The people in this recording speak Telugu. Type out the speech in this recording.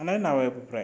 అనేది నా అభిప్రాయం